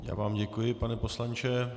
Já vám děkuji, pane poslanče.